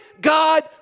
God